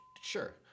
Sure